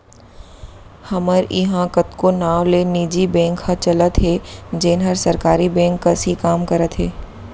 हमर इहॉं कतको नांव ले निजी बेंक ह चलत हे जेन हर सरकारी बेंक कस ही काम करत हे